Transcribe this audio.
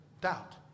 Doubt